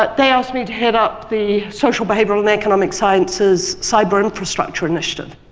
but they asked me to head up the social, behavioral and economic sciences cyberinfrastructure initiative.